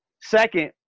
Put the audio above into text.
Second